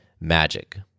magic